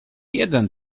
jeden